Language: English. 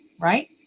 right